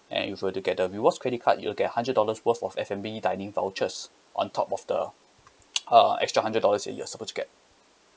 and if you were to get the rewards credit card you'll get hundred dollars worth of f and b dining vouchers on top of the uh extra hundred dollars in you were supposed to get